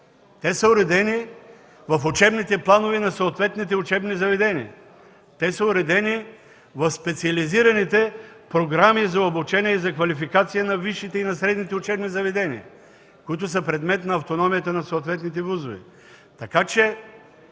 Те са уредени в учебните планове на съответните учебни заведения. Те са уредени в специализираните програми за обучение и за квалификация на висшите и на средните учебни заведения, които са предмет на автономията на съответните ВУЗ-ове.